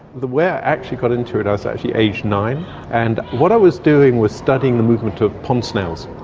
the way i actually got into it i was actually aged nine and what i was doing was studying the movement of pond snails.